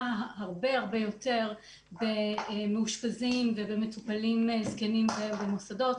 הרבה הרבה יותר במאושפזים ובמטופלים זקנים במוסדות.